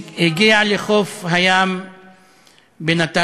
הגיע לחוף הים בנתניה,